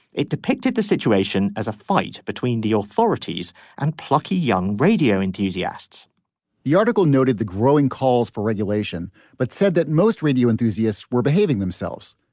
it depicted the situation as a fight between the authorities and plucky young radio enthusiasts the article noted the growing calls for regulation but said that most radio enthusiasts were behaving themselves.